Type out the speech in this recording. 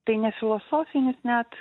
tai ne filosofinis net